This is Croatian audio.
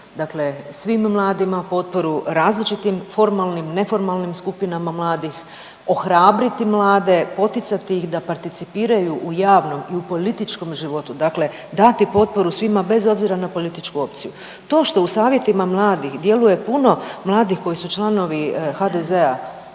dakle svim mladima, potporu različitim formalnim, neformalnim skupinama mladih, ohrabriti mlade, poticati ih da participiraju u javnom i u političkom životu. Dakle, dati potporu svima bez obzira na političku opciju. To što u Savjetima mladih djeluje puno mladih koji su članovi HDZ-a